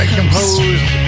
composed